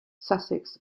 sussex